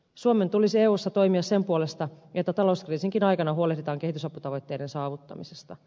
suomen tulisi eussa toimia sen puolesta että talouskriisinkin aikana huolehditaan kehitysaputavoitteiden saavuttamisesta